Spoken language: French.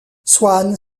swann